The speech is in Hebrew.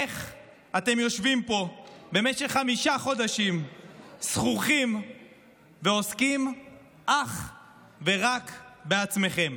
איך אתם יושבים פה במשך חמישה חודשים זחוחים ועוסקים אך ורק בעצמכם?